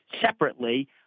separately